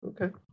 Okay